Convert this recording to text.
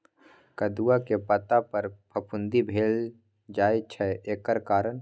कदुआ के पता पर फफुंदी भेल जाय छै एकर कारण?